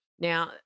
Now